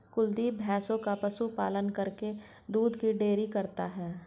कुलदीप भैंसों का पशु पालन करके दूध की डेयरी करता है